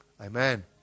Amen